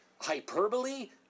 hyperbole